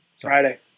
Friday